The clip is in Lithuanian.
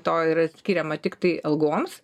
to yra skiriama tiktai algoms